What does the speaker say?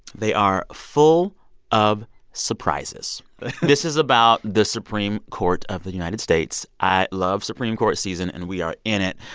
they are full of surprises this is about the supreme court of the united states. i love supreme court season, and we are in it.